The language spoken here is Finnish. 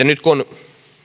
nyt kun